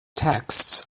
texts